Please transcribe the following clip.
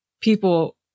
people